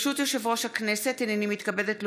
ברשות יושב-ראש הכנסת, הינני מתכבדת להודיעכם,